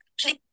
please